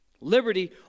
liberty